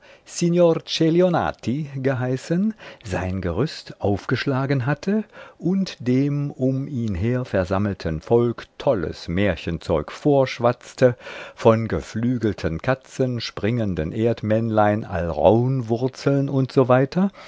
geheißen sein gerüst aufgeschlagen hatte und dem um ihn her versammelten volk tolles märchenzeug vorschwatzte von geflügelten katzen springenden erdmännlein alraunwurzeln u